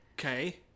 Okay